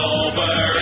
over